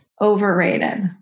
Overrated